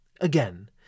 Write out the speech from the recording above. Again